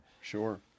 sure